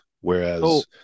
Whereas